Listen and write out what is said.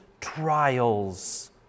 trials